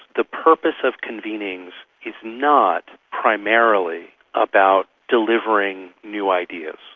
the purpose of convenings is not primarily about delivering new ideas,